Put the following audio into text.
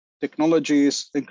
technologies